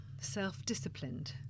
self-disciplined